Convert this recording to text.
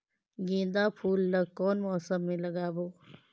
गेंदा फूल ल कौन मौसम मे लगाबो?